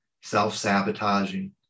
self-sabotaging